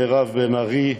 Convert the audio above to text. מירב בן ארי,